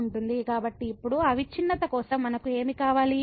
కాబట్టి ఇప్పుడు అవిచ్ఛిన్నత కోసం మనకు ఏమి కావాలి